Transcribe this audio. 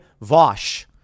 Vosh